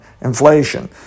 inflation